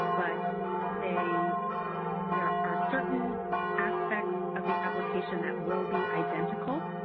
but they there are certain aspects of the application that will be identical.